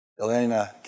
Elena